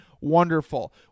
wonderful